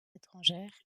étrangères